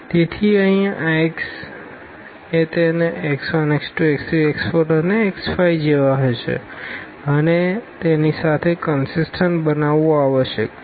તેથી અહીં આ x એ તેને x1 x2 x3 x4 અને x5 જેવા હશે તેની સાથે કનસીસટન્ટ બનાવવું આવશ્યક છે